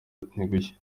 ntigushya